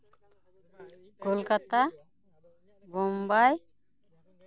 Kolkata Bombay